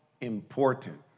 important